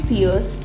years